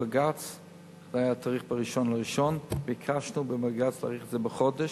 בתאריך 1 בינואר ביקשנו בבג"ץ להאריך את זה בחודש.